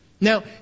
Now